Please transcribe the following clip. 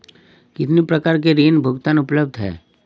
कितनी प्रकार के ऋण भुगतान उपलब्ध हैं?